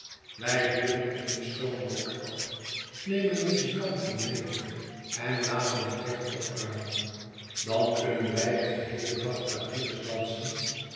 wij huren eene stoomboot af nemen muzikanten mede en laten het dek opruimen dan kunnen wij den geheelen dag quadrilles dansen